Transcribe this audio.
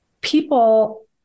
people